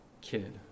kid